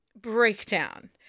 breakdown